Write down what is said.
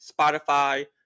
Spotify